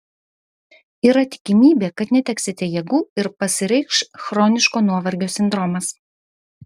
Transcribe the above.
yra tikimybė kad neteksite jėgų ir pasireikš chroniško nuovargio sindromas